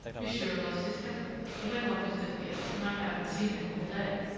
monsieur lost his temper he went off into the fields, and i haven't seen him all day.